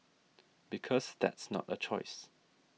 because that's not a choice